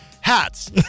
Hats